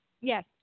Yes